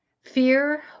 fear